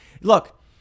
Look